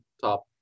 top